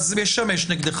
זה ישמש נגדו,